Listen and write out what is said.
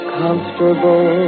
comfortable